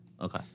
Okay